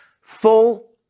Full